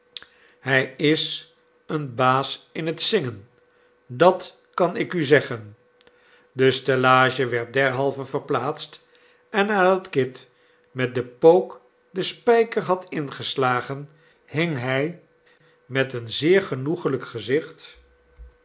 hij is een baas in het zingen dat kan ik u zeggen de stellage werd derhalve verplaatst en nadat kit met den pook den spijker had ingeslagen hing hij met een zeer genoeglijk gezicht